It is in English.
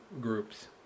groups